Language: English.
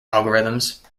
algorithms